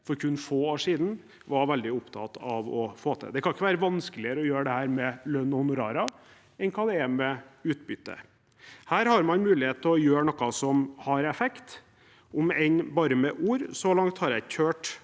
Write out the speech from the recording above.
for kun få år siden var veldig opptatt av å få til. Det kan ikke være vanskeligere å gjøre dette med lønn og honorarer enn med utbytte. Her har man mulighet til å gjøre noe som har effekt – om enn bare med ord. Så langt har jeg ikke